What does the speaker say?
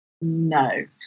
No